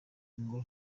ngo